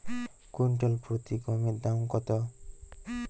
Quintal প্রতি গমের দাম কত?